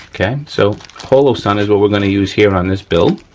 okay. so, holosun is what we're gonna use here on this build.